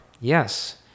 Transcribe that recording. Yes